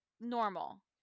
normal